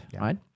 right